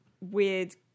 weird